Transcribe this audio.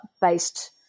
based